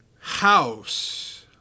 House